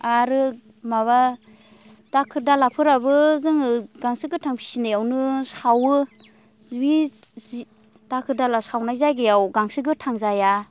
आरो माबा दाखोर दालाफोराबो जोङो गांसो गोथां फिनायावनो सावो बे जि दाखोर दाला सावनाय जायगायाव गांसो गोथां जाया